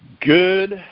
Good